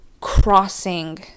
crossing